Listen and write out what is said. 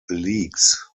leagues